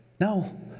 No